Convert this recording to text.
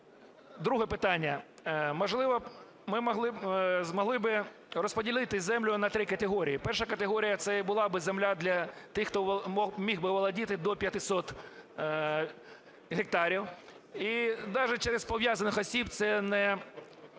Друге питання. Можливо б, ми би змогли розподілити землю на три категорії, перша категорія, це і була би земля для тих, хто міг би володіти до 500 гектарів. І даже через пов'язаних осіб це було